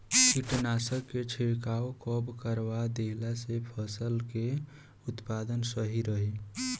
कीटनाशक के छिड़काव कब करवा देला से फसल के उत्पादन सही रही?